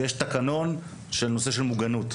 ויש תקנון בנושא של מוגנות.